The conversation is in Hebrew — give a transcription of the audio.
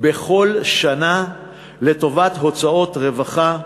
בכל שנה לטובת הוצאות רווחה.